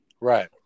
right